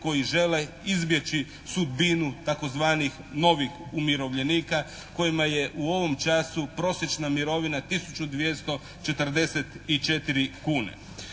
koji žele izbjeći sudbinu tzv. novih umirovljenika kojima je u ovom času prosječna mirovina 1244 kune.